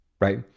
right